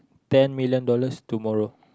ten million dollars tomorrow